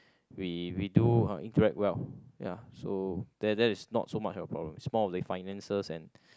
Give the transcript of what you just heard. we we do uh interact well ya so that that is not so much of a problem is more of the finances and